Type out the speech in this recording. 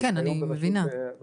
בוודאי, אנחנו